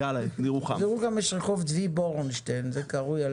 ירוחם יש רחוב צבי בורנשטיין זה קרוי על